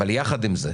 אבל יחד עם זה,